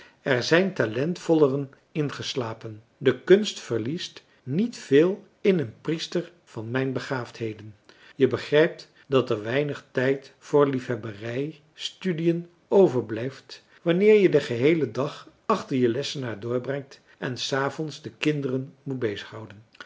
er zijn talentvolleren ingeslapen de kunst verliest niet veel in een priester van mijn begaafdheden je begrijpt dat er weinig tijd voor liefhebberij studiën overblijft wanneer je den geheelen dag achter je lessenaar doorbrengt en s avonds de kinderen moet bezighouden